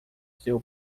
seu